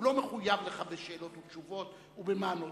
הוא לא מחויב לך בשאלות ובתשובות ובמענות.